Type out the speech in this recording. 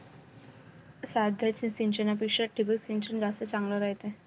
साध्या सिंचनापेक्षा ठिबक सिंचन जास्त चांगले रायते